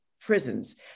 Prisons